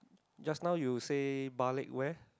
just now you say balik where